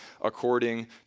according